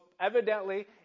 evidently